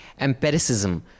empiricism